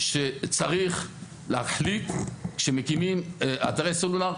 צריך להחליט שמקימים אתרי סלולר.